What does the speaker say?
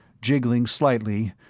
jiggling slightly,